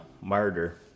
murder